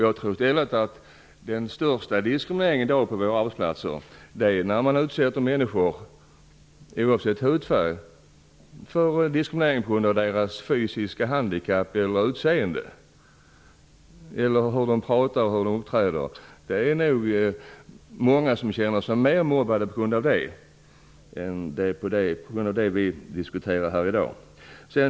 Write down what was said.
Jag tror att den största diskrimineringen på våra arbetsplatser i dag sker när man utsätter människor, oavsett hudfärg, för diskriminering på grund av deras fysiska handikapp, av deras utseende, hur de talar eller uppträder. Det är nog många som känner sig mer mobbade på grund av sådant än på grund av det som vi diskuterar här i dag.